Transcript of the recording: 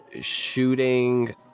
shooting